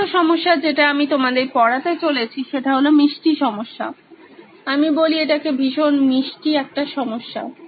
তৃতীয় সমস্যা যেটা আমি তোমাদের পড়াতে চলেছি সেটা হলো মিষ্টি সমস্যা আমি বলি এটাকে এটা ভীষণ মিষ্টি একটা সমস্যা